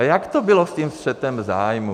A jak to bylo s tím střetem zájmů?